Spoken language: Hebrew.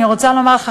אני רוצה לומר לך,